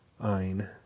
Ein